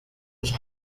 uje